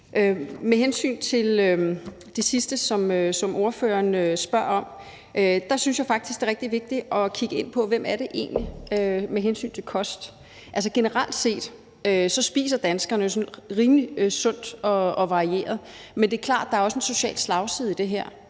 Med hensyn til det sidste, som ordføreren spørger om, synes jeg faktisk, det er rigtig vigtigt at kigge på, hvem det egentlig er med hensyn til kost. Generelt set spiser danskerne rimelig sundt og varieret, men det er klart, at der også er en social slagside i det her,